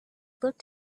looked